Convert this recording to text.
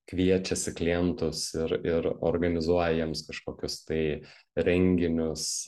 kviečiasi klientus ir ir organizuoja jiems kažkokius tai renginius